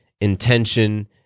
intention